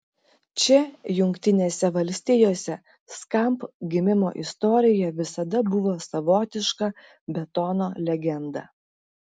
čia jungtinėse valstijose skamp gimimo istorija visada buvo savotiška betono legenda